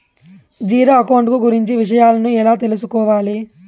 Zero account కు గురించి విషయాలను ఎలా తెలుసుకోవాలి?